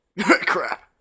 Crap